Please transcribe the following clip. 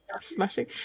smashing